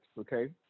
okay